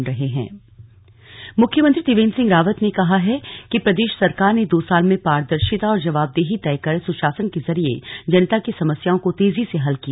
slug सरकार के दो साल मुख्यमंत्री त्रिवेन्द्र सिंह रावत ने कहा है कि प्रदेश सरकार ने दो साल में पारदर्शिता और जवाबदेही तय कर सुशासन के जरिए जनता की समस्याओं को तेजी से हल किया